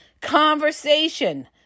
Conversation